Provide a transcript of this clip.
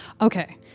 okay